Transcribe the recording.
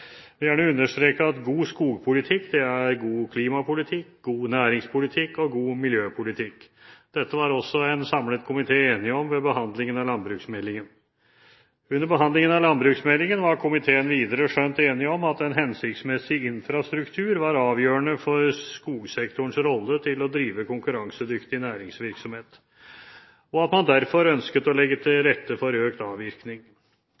vil gjerne understreke at god skogpolitikk er god klimapolitikk, god næringspolitikk og god miljøpolitikk. Dette var også en samlet komité enig om ved behandlingen av landbruksmeldingen. Under behandlingen av landbruksmeldingen var komiteen videre skjønt enig om at en hensiktsmessig infrastruktur var avgjørende for skogsektorens rolle til å drive konkurransedyktig næringsvirksomhet, og at man derfor ønsket å legge til rette for økt avvirkning.